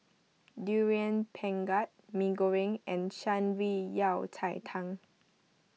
Durian Pengat Mee Goreng and Shan Rui Yao Cai Tang